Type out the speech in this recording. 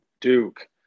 Duke